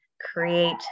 create